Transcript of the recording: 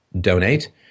donate